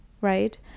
right